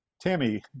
Tammy